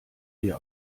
dir